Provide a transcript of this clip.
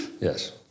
Yes